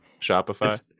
Shopify